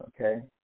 Okay